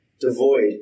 devoid